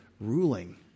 ruling